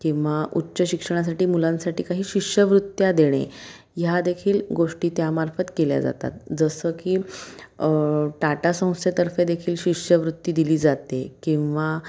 किंवा उच्च शिक्षणासाठी मुलांसाठी काही शिष्यवृत्त्या देणे ह्या देखील गोष्टी त्यामार्फत केल्या जातात जसं की टाटा संस्थेतर्फे देखील शिष्यवृत्ती दिली जाते किंवा